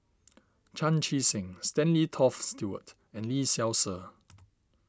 Chan Chee Seng Stanley Toft Stewart and Lee Seow Ser